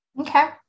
Okay